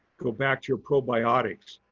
go back to your probiotics.